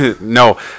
No